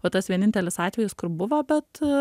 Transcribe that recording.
va tas vienintelis atvejis kur buvo bet